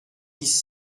dix